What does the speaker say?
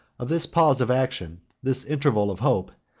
of this pause of action, this interval of hope,